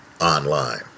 online